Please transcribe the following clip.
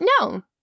no